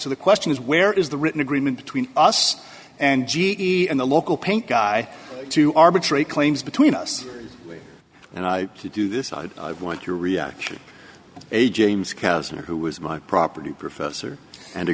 so the question is where is the written agreement between us and g e and the local paint guy to arbitrate claims between us and i to do this i want your reaction a james cousin who was my property professor and a